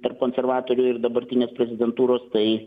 tarp konservatorių ir dabartinės prezidentūros tai